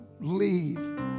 leave